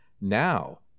Now